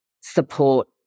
support